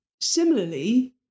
similarly